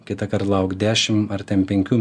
kitąkart lauk dešimt ar ten penkių